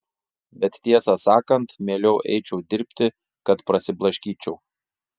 bet tiesą sakant mieliau eičiau dirbti kad prasiblaškyčiau